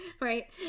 right